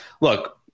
look